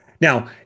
now